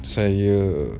saya